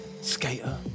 skater